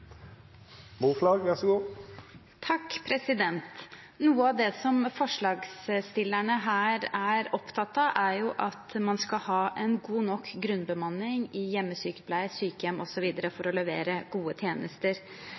opptatt av, er at man skal ha en god nok grunnbemanning i hjemmesykepleie, sykehjem osv. for å levere gode tjenester.